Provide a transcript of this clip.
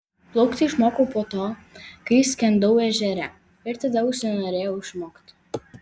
plaukti išmokau po to kai skendau ežere ir tada užsinorėjau išmokti